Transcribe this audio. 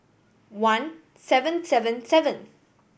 one seven seven seven